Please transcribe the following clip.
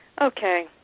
Okay